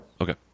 Okay